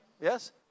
Yes